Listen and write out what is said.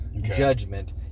judgment